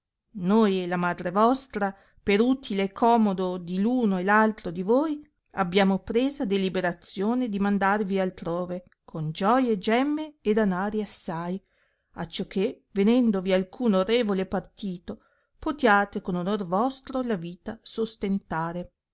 noi e la madre vostra per utile e comodo di l uno e l altro di voi abbiamo presa deliberazione di mandarvi altrove con gioie gemme e danari assai acciò che venendovi alcun orrevole partito potiate con onor vostro la vita sostentare